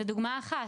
זו דוגמה אחת).